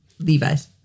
Levi's